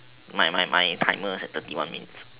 my my my timer is at thirty one minutes